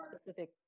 specific